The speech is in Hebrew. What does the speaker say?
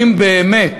אם באמת